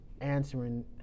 answering